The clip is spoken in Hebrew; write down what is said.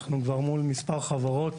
אנחנו נמצאים בקשר עם מספר חברות,